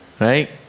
right